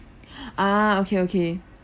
ah okay okay